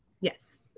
Yes